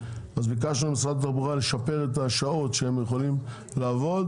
אז ביקשנו ממשרד התחבורה לשפר את השעות שהם יכולים לעבוד,